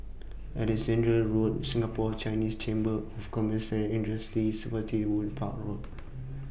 Alexandra Road Singapore Chinese Chamber of Commerce Industry Spottiswoode Park Road